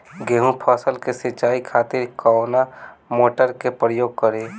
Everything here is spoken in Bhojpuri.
गेहूं फसल के सिंचाई खातिर कवना मोटर के प्रयोग करी?